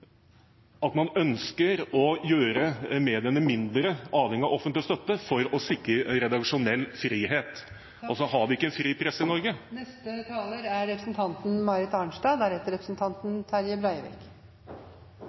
at man ønsker å gjøre mediene mindre avhengig av offentlig støtte for å sikre redaksjonell frihet. Har vi ikke en fri presse i